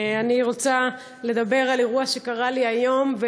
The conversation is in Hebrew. אני רוצה לדבר על אירוע שקרה לי היום,